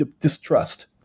distrust